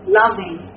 loving